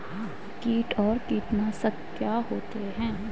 कीट और कीटनाशक क्या होते हैं?